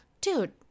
Dude